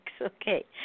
Okay